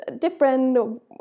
different